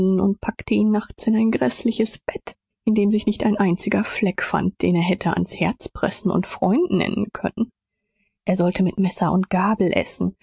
und packte ihn nachts in ein gräßliches bett in dem sich nicht ein einziger fleck fand den er hätte ans herz pressen und freund nennen können er sollte mit messer und gabel essen